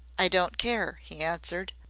i don't care, he answered.